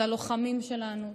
הם הלוחמים שלנו,